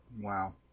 Wow